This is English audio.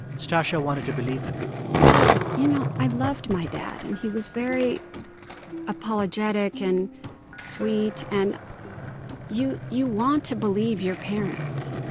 stacya wanted to believe him well, you know, i loved my dad, and he was very apologetic and sweet. and you you want to believe your parents.